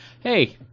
Hey